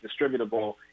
distributable